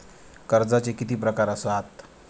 कर्जाचे किती प्रकार असात?